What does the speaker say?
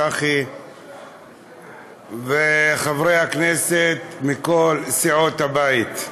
צחי וחברי הכנסת מכל סיעות הבית,